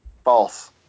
False